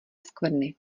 skvrny